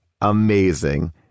amazing